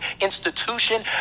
institution